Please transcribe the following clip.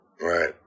Right